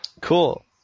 Cool